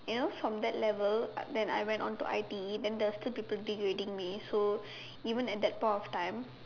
you know from that level then I went on to ITE then there were still people degrading me so even at that point of time